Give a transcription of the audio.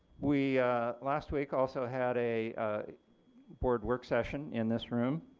we last week also had a board work session in this room